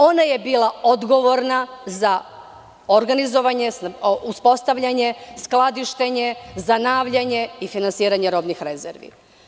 Ona je bila odgovorna za organizovanje, uspostavljanje, skladištenjem i finansiranjem robnih rezervi.